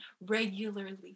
regularly